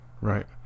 Right